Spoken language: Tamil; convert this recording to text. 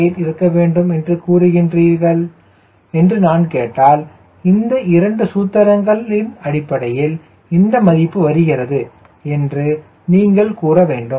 8 இருக்க வேண்டும் என்று கூறுகின்றீர்கள் என்று நான் கேட்டால் இந்த இரண்டு சூத்திரங்களின் அடிப்படையில் இந்த மதிப்பு வருகிறது என்று நீங்கள் கூற வேண்டும்